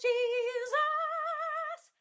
Jesus